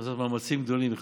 נעשה מאמצים גדולים כדי,